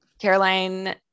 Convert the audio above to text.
Caroline